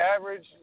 average